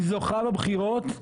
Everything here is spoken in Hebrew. היא זוכה בבחירות.